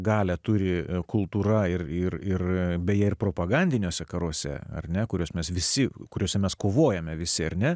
galią turi kultūra ir ir ir beje ir propagandiniuose karuose ar ne kurias mes visi kuriose mes kovojame visi ar ne